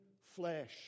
flesh